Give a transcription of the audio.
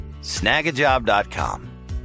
Snagajob.com